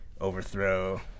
overthrow